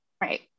right